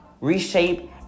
reshape